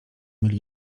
mieli